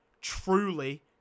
Truly